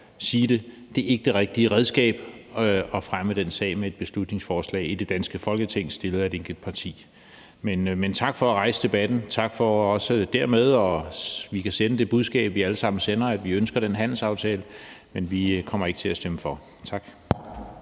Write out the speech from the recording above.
er det ikke det rigtige redskab at fremme den sag med et beslutningsforslag i det danske Folketing fremsat af et enkelt parti. Men tak for at rejse debatten, og tak for, at vi dermed kan sende det budskab, som vi allesammen sender, nemlig at vi ønsker den handelsaftale. Men vi kommer ikke til at stemme for. Tak.